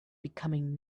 becoming